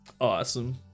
Awesome